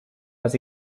was